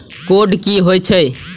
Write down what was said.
Code की होय छै?